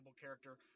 character